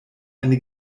eine